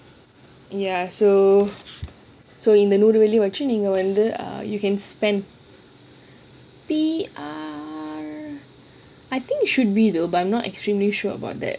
ya so so in the நூறு வெள்ளி வெச்சு நீங்க:nooru velli wechu neenga you can spend I think it should be though but I'm not extremely sure about that